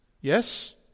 Yes